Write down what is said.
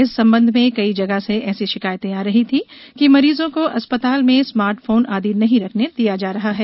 इस संबंध में कई जगह से ऐसी शिकायतें आ रही थी कि मरीजों को अस्पताल में स्मार्ट फोन आदि नहीं रखने दिया जा रहा है